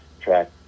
track